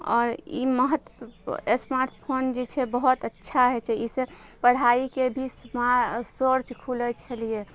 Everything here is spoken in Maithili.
आओर ई महत्व स्मार्ट फोन जे छै बहुत अच्छा होइ छै ई से पढ़ाइके भी स्मा सोर्च खुलय छलियै